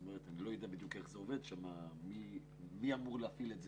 אני לא יודע איך זה בדיוק עובד שם ומי אמור להפעיל את זה.